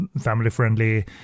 family-friendly